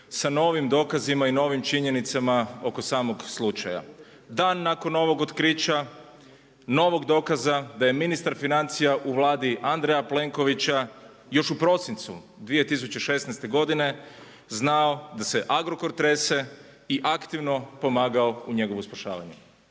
sa novim dokazima i novim činjenicama oko samog slučaja. Dan nakon novog otkrića, novog dokaza, da je ministar financija u Vladi Andreja Plenkovića, još u prosincu 2016. godine znao da se Agrokor trese i aktivno pomagao u njegovom spašavanju.